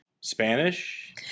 Spanish